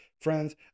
Friends